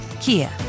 Kia